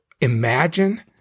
imagine